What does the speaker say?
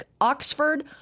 Oxford